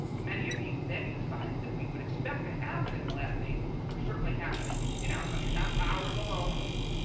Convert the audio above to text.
many of these negative signs that we would expect to happen in the last days are certainly happening in our country. not ours alone,